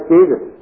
Jesus